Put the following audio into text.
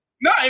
no